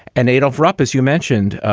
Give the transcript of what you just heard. and adolph rupp, as you mentioned,